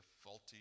faulty